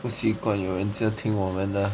不习惯有人家听我们的